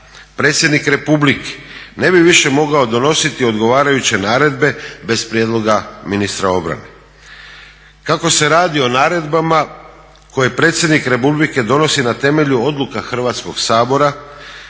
predsjednik Republike ne bi više mogao donositi odgovarajuće naredbe bez prijedlog ministra obrane. Kako se radi o naredbama koje predsjednik Republike donosi na temelju odluka Hrvatskog sabora,